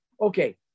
Okay